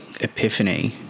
epiphany